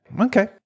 okay